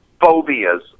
phobias